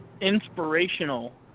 inspirational